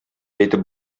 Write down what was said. әйтеп